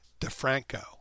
DeFranco